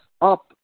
up